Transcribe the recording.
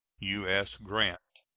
u s. grant.